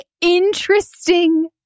interesting